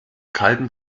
kalten